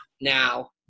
now